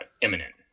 imminent